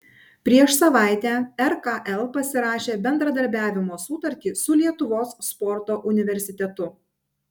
prieš savaitę rkl pasirašė bendradarbiavimo sutartį su lietuvos sporto universitetu